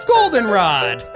Goldenrod